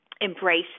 embrace